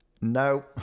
No